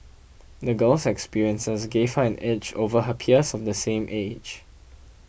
the girl's experiences gave her an edge over her peers of the same age